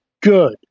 good